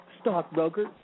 stockbroker